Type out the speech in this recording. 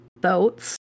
boats